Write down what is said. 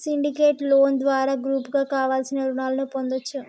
syndicate loan ద్వారా గ్రూపుగా కావలసిన రుణాలను పొందొచ్చు